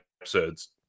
episodes